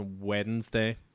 wednesday